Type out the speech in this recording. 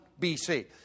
BC